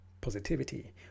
positivity